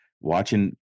watching –